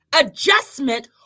adjustment